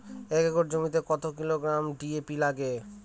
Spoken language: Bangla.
এক একর জমিতে কত কিলোগ্রাম ডি.এ.পি লাগে?